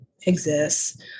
exists